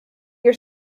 your